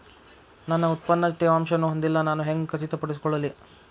ನನ್ನ ಉತ್ಪನ್ನ ತೇವಾಂಶವನ್ನು ಹೊಂದಿಲ್ಲಾ ನಾನು ಹೆಂಗ್ ಖಚಿತಪಡಿಸಿಕೊಳ್ಳಲಿ?